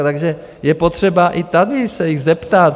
Takže je potřeba i tady se jich zeptat.